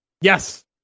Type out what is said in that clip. Yes